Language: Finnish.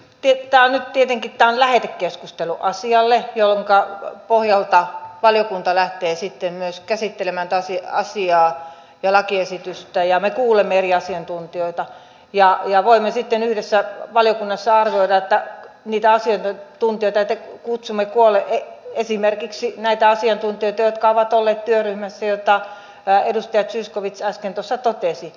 tämä on nyt tietenkin lähetekeskustelu asialle jonka pohjalta valiokunta lähtee sitten myös käsittelemään tätä asiaa ja lakiesitystä ja me kuulemme eri asiantuntijoita ja voimme sitten yhdessä valiokunnassa arvioida niitä asiantuntijoita joita kutsumme koolle esimerkiksi näitä asiantuntijoita jotka ovat olleet työryhmässä jonka edustaja zyskowicz äsken tuossa totesi